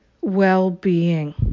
well-being